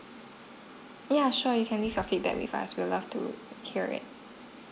yeah sure you can leave your feedback with us we'd love to hear it